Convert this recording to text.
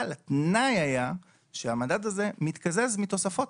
אבל התנאי היה שהמדד הזה מתקזז מתוספות